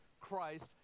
christ